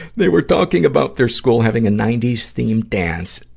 they were talking about their school having a ninety s themed dance,